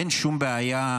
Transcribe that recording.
אין שום בעיה.